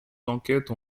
d’enquête